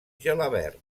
gelabert